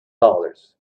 dollars